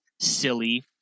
silly